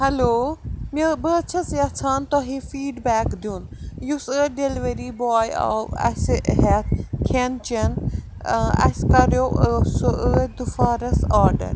hello مےٚ بہٕ حظ چھَس یَژھان تۄہہِ فیٖڈ بیک دیُن یُس ٲدۍ ڈیٚلؤری باے آو اَسہِ ہٮ۪تھ کھٮ۪ن چٮ۪ن اَسہِ کَریو سُہ ٲدۍ دُفارَس آرڈر